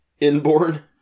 Inborn